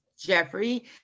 Jeffrey